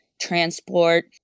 transport